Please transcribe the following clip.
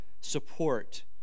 support